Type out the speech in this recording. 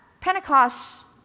Pentecost